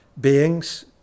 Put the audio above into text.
beings